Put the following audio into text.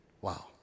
Wow